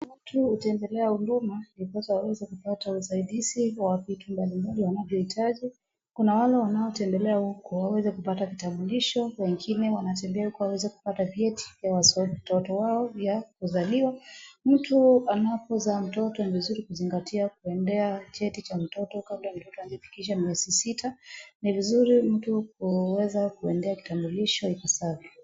mtu hutembela huduma ndiposa aweze kupata usaidizi wa vitu mbalimbali anapohitaji , kuna wale wanaontembelea huko waweze kupata kitambulisho na kunao wanatembelea huko waweze kupata vyeti vya watoto wao vya kuzaliwa , mtu anapozaliwa anafaa kuzingatia kuendea cheti cha mtoto kabla mtoto hajafikisha miezi sita ni vizuri mtu aweze kuendea kitambulisho ipasavyo